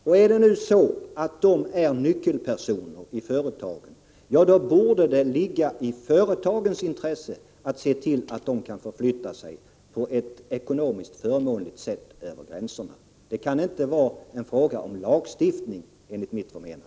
Om de nu är nyckelpersoner i företagen, då borde det ligga i företagens intresse att se till att de kan förflytta sig över gränserna på ett ekonomiskt förmånligt sätt. Detta kan inte vara en fråga om lagstiftning, enligt mitt förmenande.